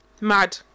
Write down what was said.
Mad